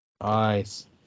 Nice